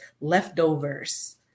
leftovers